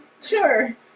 sure